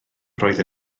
roedd